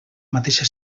mateixa